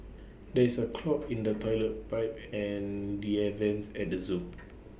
there is A clog in the Toilet Pipe and the air Vents at the Zoo